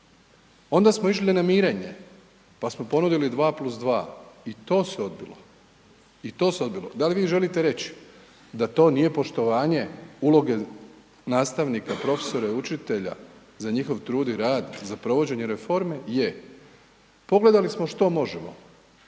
Onda smo išli na mirenje pa smo ponudili 2+2 i to se odbilo. I to se odbilo. Da li vi želite reći da to nije poštovanje uloge nastavnika, profesora i učitelja za njihov trud i rad, za provođenje reforme? Je. Pogledali smo što možemo.